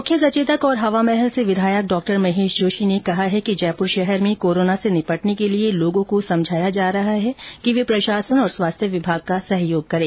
मुख्य सचेतक और हवामहल से विधायक डॉ महेश जोशी ने कहा है कि जयपूर शहर में कोरोना से निपटने के लिए लोगों को समझाया जा रहा है कि वे प्रशासन और स्वास्थ्य विभाग का सहयोग करें